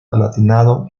palatinado